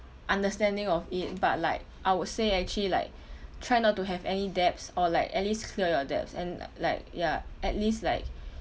understanding of it but like I would say actually like try not to have any debts or like at least clear your debts and like ya at least like